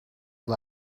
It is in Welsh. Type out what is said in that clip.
fel